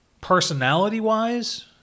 personality-wise